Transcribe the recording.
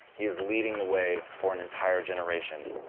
he is leading the way for an entire generation.